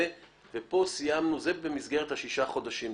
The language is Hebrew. זה במסגרת שישה חודשים.